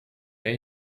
mee